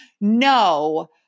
no